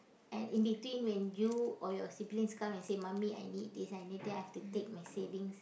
and in between when you or your siblings come and say mummy I need this I need that I have to take my savings